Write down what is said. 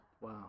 Wow